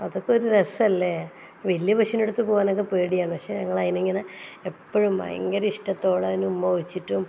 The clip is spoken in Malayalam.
അതൊക്കെ ഒരു രസമല്ലേ വലിയ പശൂൻ്റടുത്ത് പോകാനൊക്കെ പേടിയാണ് പക്ഷേ ഞങ്ങളതിനെ ഇങ്ങനെ എപ്പോഴും ഭയങ്കരിഷ്ടത്തോടെ അതിനെ ഉമ്മ വെച്ചിട്ടും